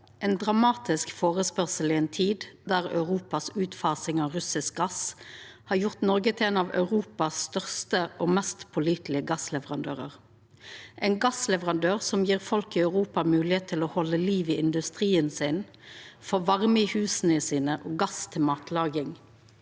ein dramatisk førespurnad i ei tid då Europas utfasing av russisk gass har gjort Noreg til ein av Europas største og mest pålitelege gassleverandørar, ein gassleverandør som gjev folk i Europa moglegheit til å halda liv i industrien sin, få varme i husa sine og gass til matlaging.